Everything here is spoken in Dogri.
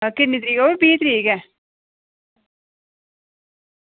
किन्नी तरीक ओह्बी बीह् तरीक गै